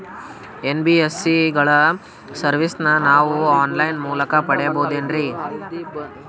NBSC ಗಳ ಸರ್ವಿಸನ್ನ ನಾವು ಆನ್ ಲೈನ್ ಮೂಲಕ ಪಡೆಯಬಹುದೇನ್ರಿ?